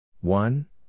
One